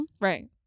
Right